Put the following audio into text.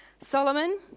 Solomon